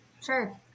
Sure